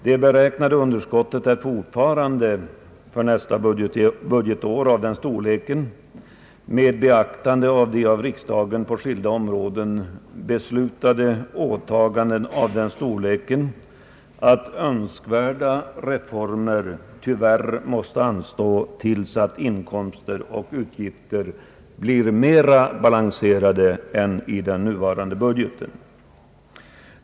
Det beräknade underskottet för nästa budgetår är dock fortfarande, med tanke på de av riksdagen på skilda områden beslutade åtagandena, av den storleken att önskvärda reformer tyvärr måste anstå tills ickomster och utgifter blir bättre balanserade än de är i nuvarande budget.